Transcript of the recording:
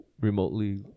remotely